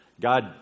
God